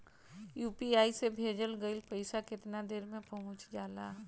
UPI से भेजल गईल पईसा कितना देर में पहुंच जाला?